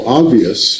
obvious